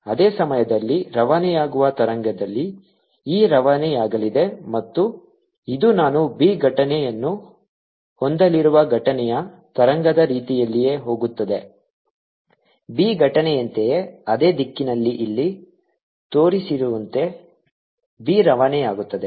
ಅದೇ ಸಮಯದಲ್ಲಿ ರವಾನೆಯಾಗುವ ತರಂಗದಲ್ಲಿ e ರವಾನೆಯಾಗಲಿದೆ ಮತ್ತು ಇದು ನಾನು b ಘಟನೆಯನ್ನು ಹೊಂದಲಿರುವ ಘಟನೆಯ ತರಂಗದ ರೀತಿಯಲ್ಲಿಯೇ ಹೋಗುತ್ತದೆ b ಘಟನೆಯಂತೆಯೇ ಅದೇ ದಿಕ್ಕಿನಲ್ಲಿ ಇಲ್ಲಿ ತೋರಿಸಿರುವಂತೆ b ರವಾನೆಯಾಗುತ್ತದೆ